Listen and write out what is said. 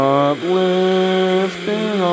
uplifting